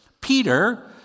Peter